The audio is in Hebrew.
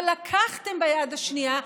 אבל לקחתם ביד השנייה,